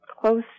close